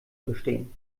bestehen